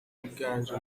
yiganje